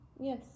yes